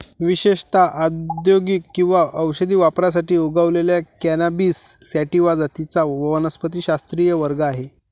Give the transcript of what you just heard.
विशेषत औद्योगिक किंवा औषधी वापरासाठी उगवलेल्या कॅनॅबिस सॅटिवा जातींचा वनस्पतिशास्त्रीय वर्ग आहे